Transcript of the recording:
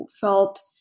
felt